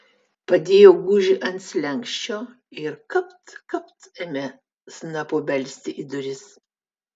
padėjo gūžį ant slenksčio ir kapt kapt ėmė snapu belsti į duris